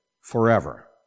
forever